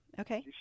Okay